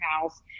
House